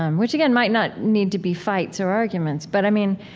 um which again, might not need to be fights or arguments, but i mean,